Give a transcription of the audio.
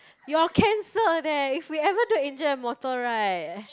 you're cancer there if we ever do angel and mortal right